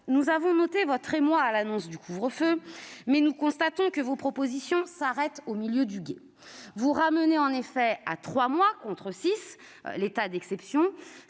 nous avons noté votre émoi à l'annonce du couvre-feu, mais nous constatons que vos propositions s'arrêtent au milieu du gué. Ah ! Vous ramenez en effet à trois mois, au lieu de six, l'état d'exception,